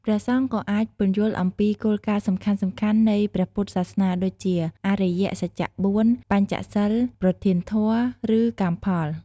ព្រះសង្ឃក៏អាច ពន្យល់អំពីគោលការណ៍សំខាន់ៗនៃព្រះពុទ្ធសាសនា ដូចជា អរិយសច្ច៤ បញ្ចសីល ប្រធានធម៌ ឬកម្មផល។